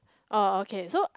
oh okay so